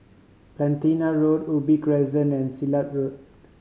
Platina Road Ubi Crescent and Silat Road